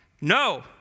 No